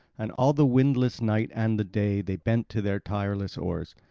and all the windless night and the day they bent to their tireless oars.